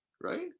right